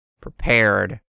prepared